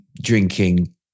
drinking